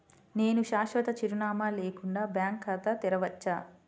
నేను శాశ్వత చిరునామా లేకుండా బ్యాంక్ ఖాతా తెరవచ్చా?